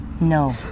No